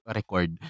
record